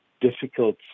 difficult